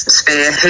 sphere